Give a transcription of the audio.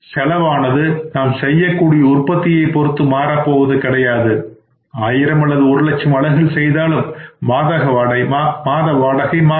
செலவானது நாம் செய்யக்கூடிய உற்பத்தியைப் பொருத்து மாறப்போவது கிடையாது ஆயிரம் அல்லது ஒரு லட்சம் அலகுகள் செய்தாலும் மாத வாடகை மாறாது